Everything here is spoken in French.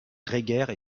grégaire